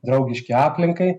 draugiški aplinkai